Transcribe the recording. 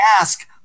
ask